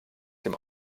dem